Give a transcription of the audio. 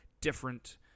different